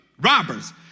robbers